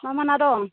मा मा ना दं